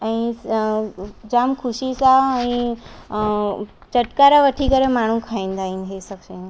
ऐं जाम ख़ुशी सां ऐं चटकारा वठी करे माण्हू खाईंदा आहिनि इहे सभु शयूं